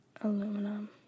aluminum